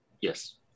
Yes